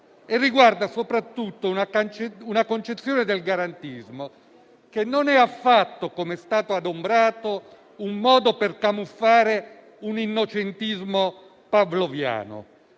riguarda soprattutto una concezione del garantismo che non è affatto, come è stato adombrato, un modo per camuffare un innocentismo pavloviano: